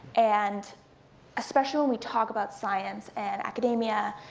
and especially when we talk about science and academia.